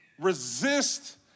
resist